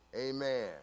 Amen